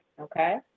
okay